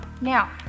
Now